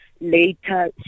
later